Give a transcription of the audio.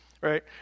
right